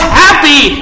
happy